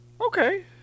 Okay